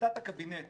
החלטת הקבינט